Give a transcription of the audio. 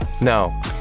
No